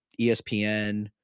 ESPN